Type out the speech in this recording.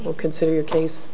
will consider your case